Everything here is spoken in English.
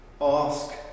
Ask